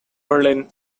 berlin